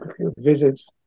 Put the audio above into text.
visits